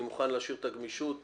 אני מוכן להשאיר את הגמישות.